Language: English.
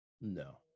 no